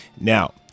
Now